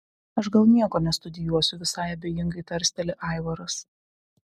aš gal nieko nestudijuosiu visai abejingai tarsteli aivaras